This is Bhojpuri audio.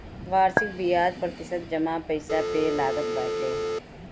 वार्षिक बियाज प्रतिशत जमा पईसा पे लागत बाटे